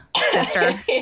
sister